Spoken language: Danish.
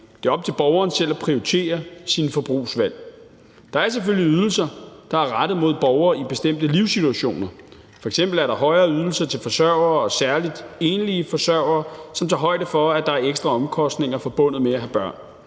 Det er op til borgeren selv at prioritere sine forbrugsvalg. Der er selvfølgelig ydelser, der er rettet mod borgere i bestemte livssituationer. F.eks. er der højere ydelser til forsørgere og særlig enlige forsørgere, som tager højde for, at der er ekstra omkostninger forbundet med at have børn.